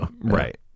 Right